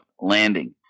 landing